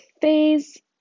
phase